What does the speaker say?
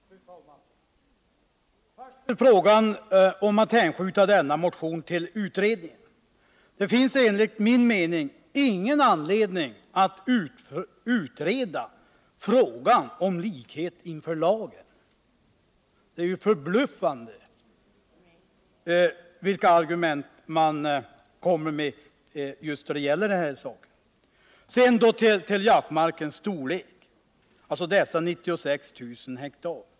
Fru talman! Först till frågan om att hänskjuta denna motion till utredning. Det finns enligt min mening ingen anledning att utreda frågan om likhet inför lagen. Det är förbluffande vilka argument man kommer med just när det gäller denna sak. Sedan till jaktmarkens storlek, dessa 96 000 ha.